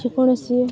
ଯେକୌଣସି